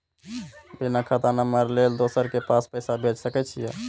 बिना खाता नंबर लेल दोसर के पास पैसा भेज सके छीए?